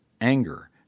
anger